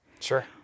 sure